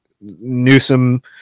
Newsom